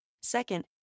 Second